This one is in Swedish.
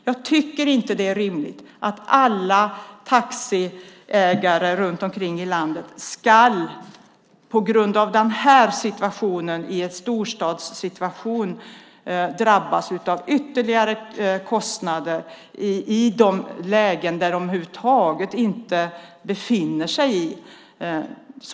Jag tycker inte att det är rimligt att alla taxiägare runt omkring i landet ska, på grund av en storstadssituation, drabbas av ytterligare kostnader för ett läge de över huvud taget inte befinner sig i.